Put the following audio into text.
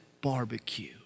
barbecue